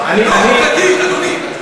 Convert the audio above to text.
אדוני.